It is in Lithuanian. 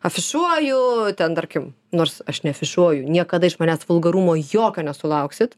afišuoju ten tarkim nors aš neafišuoju niekada iš manęs vulgarumo jokio nesulauksit